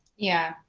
yeah,